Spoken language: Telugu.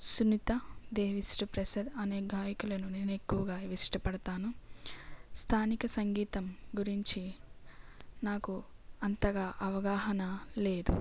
సునీత దేవిశ్రీ ప్రసాద్ అనే గాయకులను నేను ఎక్కువగా ఇష్టపడతాను స్థానిక సంగీతం గురించి నాకు అంతగా అవగాహన లేదు